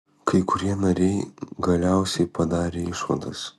kai kurie nariai galiausiai padarė išvadas